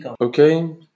okay